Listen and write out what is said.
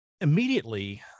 immediately